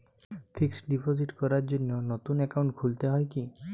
Fix deposit করার জন্য নতুন অ্যাকাউন্ট খুলতে হয় কী?